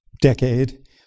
decade